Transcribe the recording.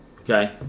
Okay